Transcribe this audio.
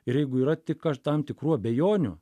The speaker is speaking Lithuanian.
ir jeigu yra tik tam tikrų abejonių